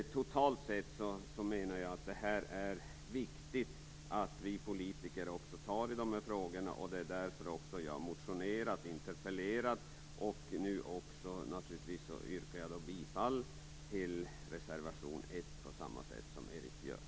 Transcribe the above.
Totalt sett menar jag att det är viktigt att vi politiker tar tag i dessa frågor. Det är därför som jag har motionerat och interpellerat. Nu yrkar jag naturligtvis också bifall till reservation 1, liksom Eva Björne har gjort.